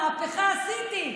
כי מה רציתי?